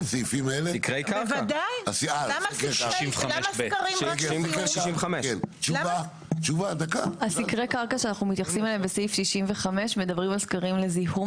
על נושא הרעש במרחב הציבורי אפשר לעשות דיון לבד.